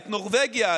את נורבגיה,